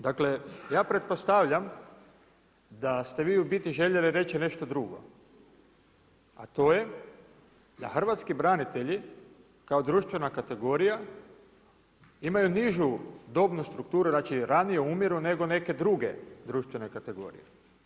Dakle, ja pretpostavljam da ste vi u biti željeli reći nešto drugo, a to je da hrvatski branitelji, kao društvena kategorija, imaju nižu dobnu strukturu, znači ranije umiru, nego neke druge društvene kategorije.